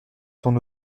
son